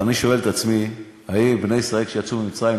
ואני שואל את עצמי האם בני ישראל כשהם יצאו ממצרים,